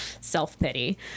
self-pity